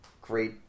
great